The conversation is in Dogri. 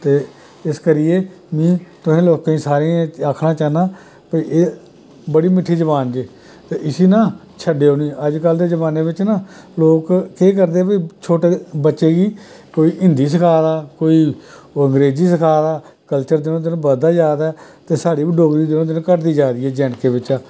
ते इस करियै तोहें लोकें ई सारें आखना चाह्ना भाी एह् बड़ी मिट्ठी जबान जे इसी न छड़ेओ निं अज्ज कल जमानें बिच न लोक केह् करदे छोटे बच्चे गी कोई हिंदी सखा दा कोई अंग्रेजी सखा दा कल्चर दिनो दिन बधदा जा दा ते साढ़ी बी डोगरी दिनो दिन घटदी जा दी ऐ जे ऐंड के बिचा